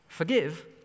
Forgive